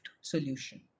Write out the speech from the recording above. solution